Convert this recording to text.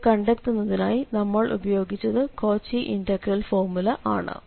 ഇതു കണ്ടെത്തുന്നതിനായി നമ്മൾ ഉപയോഗിച്ചത് കോച്ചി ഇന്റഗ്രൽ ഫോർമുല ആണ്